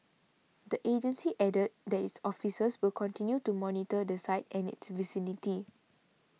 the agency added that its officers will continue to monitor the site and its vicinity